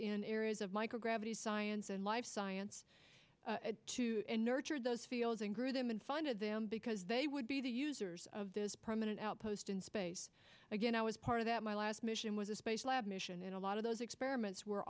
in areas of microgravity science and life science to nurture those fields and grew them and funded them because they would be the users of this permanent outpost in space again i was part of that my last mission was a space lab mission and a lot of those experiments were